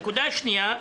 הנקודה הבאה,